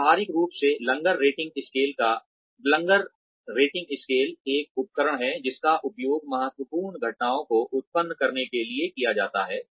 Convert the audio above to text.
व्यवहारिक रूप से लंगर रेटिंग स्केल एक उपकरण है जिसका उपयोग महत्वपूर्ण घटनाओं को उत्पन्न करने के लिए किया जाता है